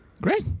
Great